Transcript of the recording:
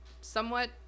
somewhat